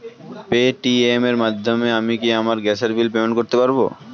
Paytm এর মাধ্যমে আমি কি আমার গ্যাসের বিল পেমেন্ট করতে পারব?